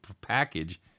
package